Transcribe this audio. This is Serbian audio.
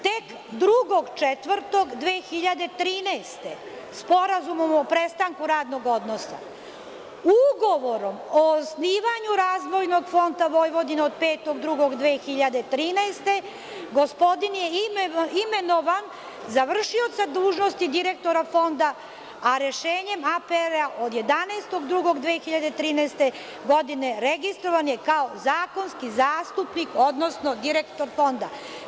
Tek 2. aprila 2013. godine, Sporazumom o prestanku radnog odnosa, Ugovorom o osnivanju Razvojnog fonda Vojvodine, od 5. februara 2013. godine, gospodin je imenovan za vršioca dužnosti direktora Fonda, a rešenjem APR-a od 11. februara 2013. godine, registrovan je kao zakonski zastupnik, odnosno direktor Fonda.